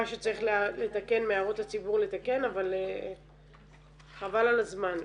מה שצריך לתקן מהערות הציבור לתקן אבל חבל על הזמן.